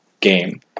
game